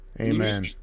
Amen